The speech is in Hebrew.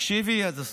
תקשיבי עד הסוף.